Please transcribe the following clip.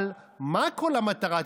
אבל מה כל המטרה?